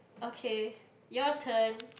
okay your turn